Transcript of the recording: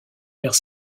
vers